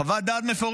בטח,